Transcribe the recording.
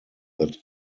that